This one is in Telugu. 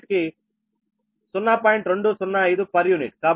కి 0